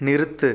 நிறுத்து